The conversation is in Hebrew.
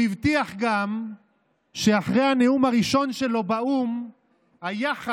הוא הבטיח גם שאחרי הנאום הראשון שלו באו"ם היחס